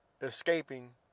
escaping